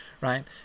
right